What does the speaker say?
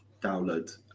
download